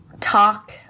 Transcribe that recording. talk